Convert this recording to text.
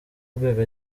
urwego